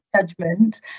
judgment